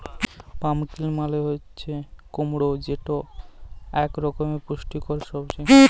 pumpkin মালে হছে কুমড়া যেট ইক রকমের পুষ্টিকর সবজি